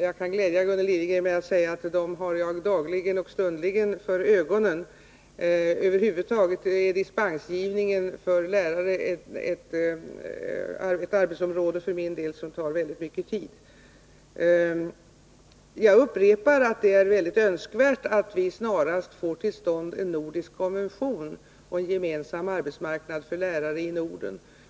Jag kan glädja Gunnel Liljegren med att säga att dem har jag dagligen och stundligen för ögonen. Över huvud taget är dispensgivningen för lärare ett område som för min del tar väldigt mycket tid. Jag upprepar att det är synnerligen önskvärt att vi snarast får till stånd en nordisk konvention och en gemensam arbetsmarknad för lärare i Norden.